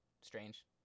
Strange